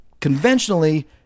conventionally